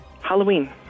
Halloween